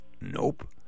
Nope